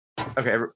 Okay